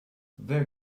there